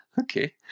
Okay